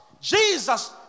Jesus